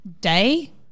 day